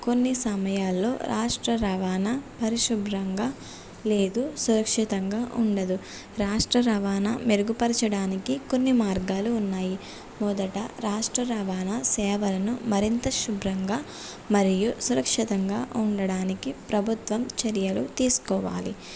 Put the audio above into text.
కొన్ని సమయాల్లో రాష్ట్ర రవాణా పరిశుభ్రంగా లేదు సురక్షితంగా ఉండదు రాష్ట్ర రవాణా మెరుగుపరచడానికి కొన్ని మార్గాలు ఉన్నాయి మొదట రాష్ట్ర రవాణా సేవలను మరింత శుభ్రంగా మరియు సురక్షితంగా ఉండడానికి ప్రభుత్వం చర్యలు తీసుకోవాలి